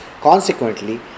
Consequently